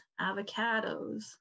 avocados